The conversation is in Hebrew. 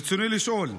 רצוני לשאול: